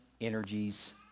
energies